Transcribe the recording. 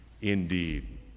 indeed